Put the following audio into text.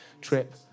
trip